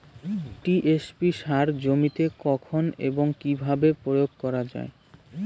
TSP সার জমিতে কখন এবং কিভাবে প্রয়োগ করা য়ায়?